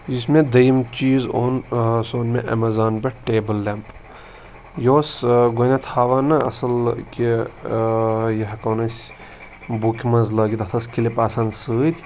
یُس مےٚ دوٚیِم چیٖز اوٚن سُہ اوٚن مےٚ اؠمٮ۪زان پؠٹھ ٹیبٕل لؠمپ یہِ اوس گُۄڈٕنؠتھ ہاوان نَہ اَصٕل کہِ یہِ ہؠکون أسۍ بُکہِ منٛز لٲگِتھ تَتھ ٲس کِلِپ آسان سۭتۍ